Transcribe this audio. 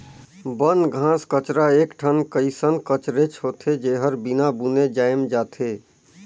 बन, घास कचरा एक ठन कइसन कचरेच होथे, जेहर बिना बुने जायम जाथे